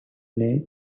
name